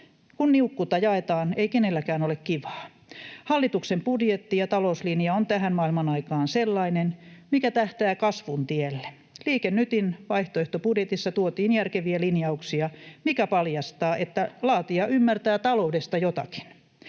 Kun niukkuutta jaetaan, ei kenelläkään ole kivaa. Hallituksen budjetti ja talouslinja ovat tähän maailmanaikaan sellaisia, mitkä tähtäävät kasvun tielle. Liike Nytin vaihtoehtobudjetissa tuotiin järkeviä linjauksia, mikä paljastaa, että laatija ymmärtää taloudesta jotakin.